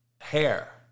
hair